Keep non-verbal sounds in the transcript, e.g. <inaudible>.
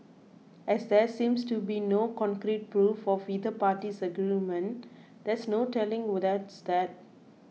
as there seems to be no concrete proof of either party's argument there's no telling <unintelligible> <unintelligible>